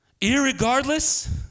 irregardless